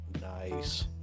Nice